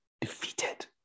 defeated